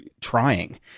trying